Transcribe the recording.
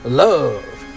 love